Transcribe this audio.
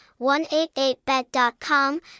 188BET.com